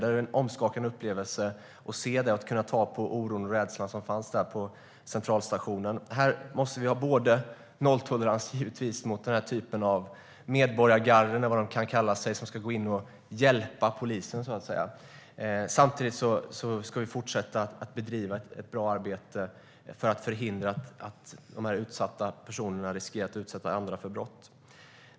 Det var en omskakande upplevelse att se på oron och rädslan som fanns där på Centralstationen. Vi måste givetvis ha nolltolerans mot den här typen av medborgargarden eller vad de kallar sig som ska så att säga hjälpa polisen. Samtidigt ska man fortsätta att bedriva ett bra arbete för att förhindra att utsatta ensamkommande barn riskerar att utsätta andra för brott.